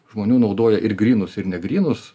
žmonių naudoja ir grynus ir negrynus